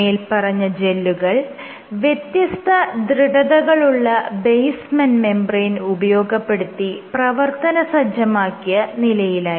മേല്പറഞ്ഞ ജെല്ലുകൾ വ്യത്യസ്ത ദൃഢതകളുള്ള ബേസ്മെന്റ് മെംബ്രേയ്ൻ ഉപയോഗപ്പെടുത്തി പ്രവർത്തനസജ്ജമാക്കിയ നിലയിലായിരുന്നു